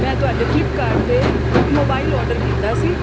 ਮੈਂ ਤੁਹਾਡੇ ਫਲਿਪਕਾਰਟ 'ਤੇ ਇੱਕ ਮੋਬਾਈਲ ਆਰਡਰ ਕੀਤਾ ਸੀ